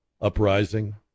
uprising